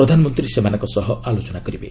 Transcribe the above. ପ୍ରଧାନମନ୍ତ୍ରୀ ସେମାନଙ୍କ ସହ ଆଲୋଚନା କରିବେ